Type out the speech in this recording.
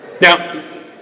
Now